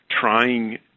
trying